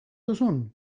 duzun